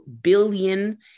billion